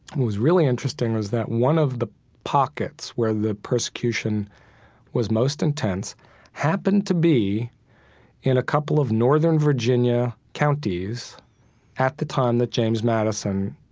what was really interesting was that one of the pockets where the persecution was most intense happened to be in a couple of northern virginia counties at the time that james madison,